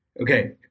Okay